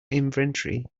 inventory